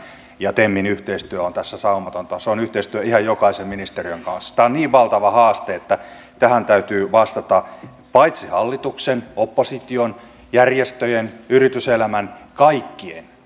ja temin yhteistyö on tässä saumatonta se yhteistyö on ihan jokaisen ministeriön kanssa tämä on niin valtava haaste että tähän täytyy vastata paitsi hallituksen opposition järjestöjen yrityselämän kaikkien